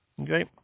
okay